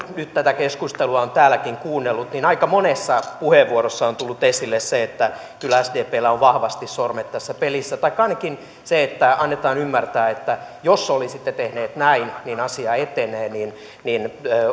nyt tätä keskustelua on täälläkin kuunnellut niin aika monessa puheenvuorossa on tullut esille se että kyllä sdpllä on vahvasti sormet tässä pelissä taikka ainakin annetaan ymmärtää että jos olisitte tehneet näin niin asia etenee